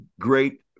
great